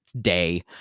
day